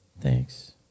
Thanks